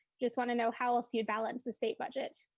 just wanna know how else you'd balance the state budget?